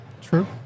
True